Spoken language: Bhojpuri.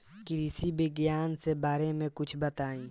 कृषि विज्ञान के बारे में कुछ बताई